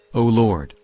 o lord,